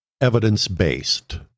evidence-based